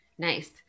Nice